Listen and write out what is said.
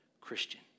Christian